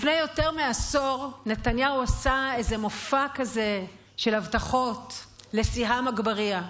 לפני יותר מעשור נתניהו עשה איזה מופע כזה של הבטחות לסיהאם אגברייה,